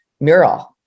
mural